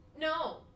no